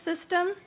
system